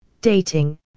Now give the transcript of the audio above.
dating